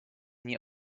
nie